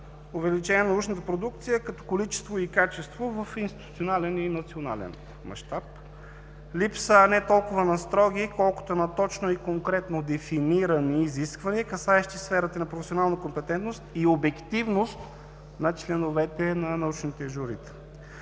увеличение на научната продукция като количество и качество в институционален и национален мащаб; липса не толкова на строги, колкото на точно и конкретно дефинирани изисквания, касаещи сферата на професионална компетентност и обективност на членовете на научните журита,